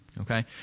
Okay